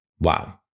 wow